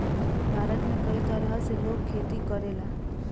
भारत में कई तरह से लोग खेती करेला